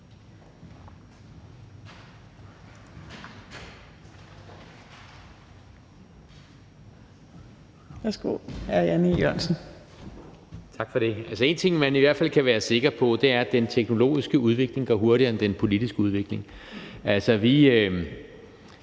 (Ordfører) Jan E. Jørgensen (V): Tak for det. En ting, man i hvert fald kan være sikker på, er, at den teknologiske udvikling går hurtigere end den politiske udvikling. Vi